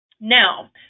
Now